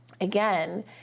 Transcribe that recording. again